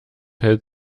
hält